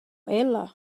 ella